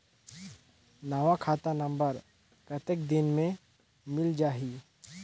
नवा खाता नंबर कतेक दिन मे मिल जाही?